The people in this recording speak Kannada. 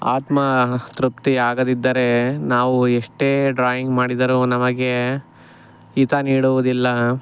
ಆತ್ಮ ತೃಪ್ತಿ ಆಗದಿದ್ದರೆ ನಾವು ಎಷ್ಟೇ ಡ್ರಾಯಿಂಗ್ ಮಾಡಿದರೂ ನಮಗೆ ಹಿತ ನೀಡುವುದಿಲ್ಲ